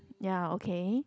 ya okay